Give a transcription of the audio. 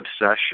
obsession